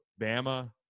Bama